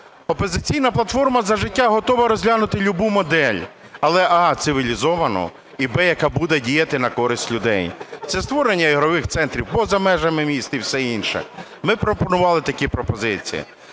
"Опозиційна платформа – За життя" готова розглянути любу модель, але: а) цивілізовано і б) яка буде діяти на користь людей – це створення ігрових центрів поза межами міст і таке інше. Ми пропонували такі пропозиції,